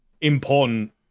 important